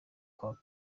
kwanga